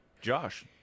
Josh